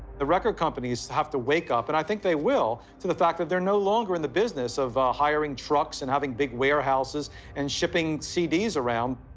the record companies have to wake up and i think they will, to the fact that they're no longer in the business of hiring trucks and having big warehouses and shipping cds around.